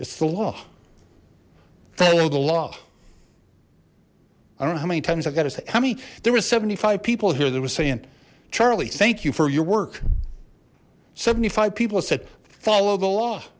follow the law i don't know how many times i've got to say how many there were seventy five people here they were saying charlie thank you for your work seventy five people said follow the law